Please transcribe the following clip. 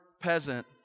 peasant